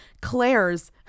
Claire's